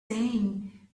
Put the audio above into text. saying